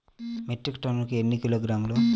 Metric టన్నుకు ఎన్ని కిలోగ్రాములు?